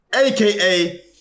aka